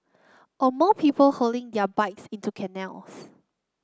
or more people hurling their bikes into canals